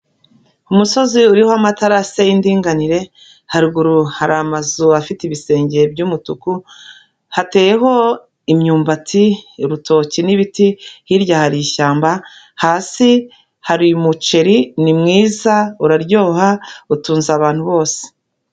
Ku musozi uriho amatarase y'indinganire, haruguru hari amazu afite ibisenge by'umutuku, hateyeho imyumbati, urutoki n'ibiti, hirya hari ishyamba, hasi hari umuceri, ni mwiza uraryoha utunze abantu bose.